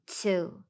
two